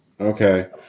Okay